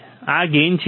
આ ગેઇન છે